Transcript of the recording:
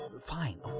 fine